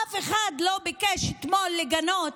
אף אחד לא ביקש אתמול לגנות,